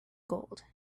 gold